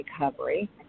recovery